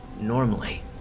Normally